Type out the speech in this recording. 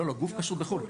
לא, גוף כשרות בחו"ל.